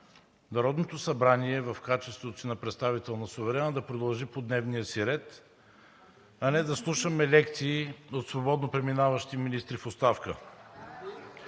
Народното събрание в качеството си на представител на суверена да продължи по дневния си ред, а не да слушаме лекции от свободно преминаващи министри в оставка.